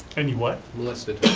and you what? molested